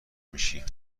میشی